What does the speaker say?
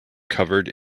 covered